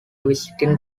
visiting